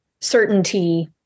certainty